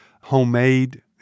homemade